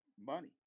money